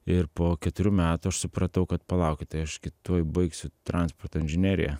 ir po keturių metų aš supratau kad palaukit tai aš tuoj baigsiu transporto inžineriją